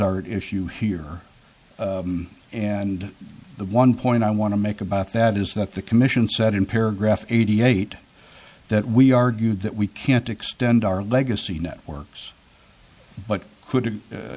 at issue here and the one point i want to make about that is that the commission said in paragraph eighty eight that we argued that we can't extend our legacy networks but